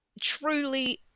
truly